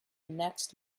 next